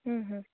ହୁଁ ହୁଁ